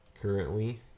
currently